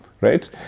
right